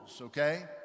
okay